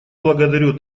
благодарю